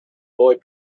boy